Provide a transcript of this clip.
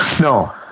no